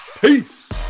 peace